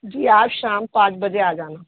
جی آپ شام پانچ بجے آ جانا